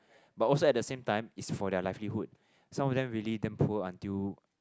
but also at the same time is for their livelihood some of them really damn poor until